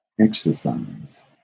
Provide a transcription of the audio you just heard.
exercise